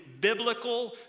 biblical